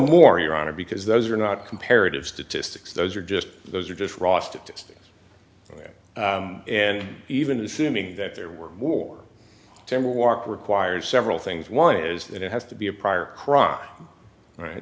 more your honor because those are not comparative statistics those are just those are just raw statistics and even assuming that there were war time warp requires several things one is that it has to be a prior crop right